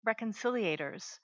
reconciliators